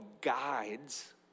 guides